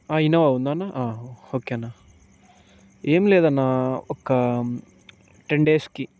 Innova ఉందా అన్నా okay అన్న ఏం లేదన్నా ఒక టెన్ డేస్కి